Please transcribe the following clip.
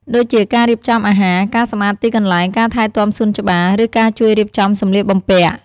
ដូចជាការរៀបចំអាហារ ការសម្អាតទីកន្លែង ការថែទាំសួនច្បារ ឬការជួយរៀបចំសម្លៀកបំពាក់។